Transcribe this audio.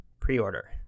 pre-order